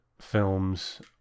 films